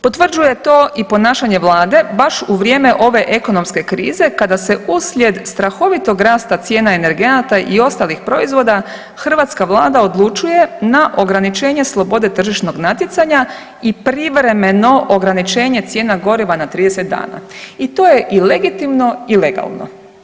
Potvrđuje to i ponašanje vlade baš u vrijeme ove ekonomske krize kada se uslijed strahovitog rasta cijena energenata i ostalih proizvoda hrvatska vlada odlučuje na ograničenje slobode tržišnog natjecanja i privremeno ograničenje cijena goriva na 30 dana i to je i legitimno i legalno.